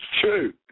True